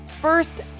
first